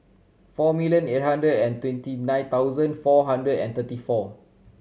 four million eight hundred and twenty nine thousand four hundred and thirty four